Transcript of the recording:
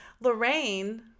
Lorraine